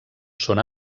són